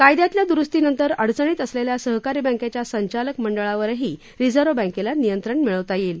कायद्यातल्या दुरुस्तीनंतर अडचणीत असलेल्या सहकारी बँकेच्या संचालक मंडळावरही रिझर्व्ह बँकेला नियंत्रण मिळवता येईल